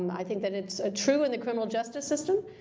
and i think that it's ah true in the criminal justice system.